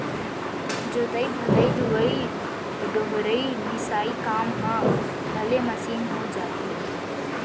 जोतइ भदई, लुवइ डोहरई, मिसाई काम ह भले मसीन हो जाही